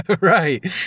Right